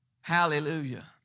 Hallelujah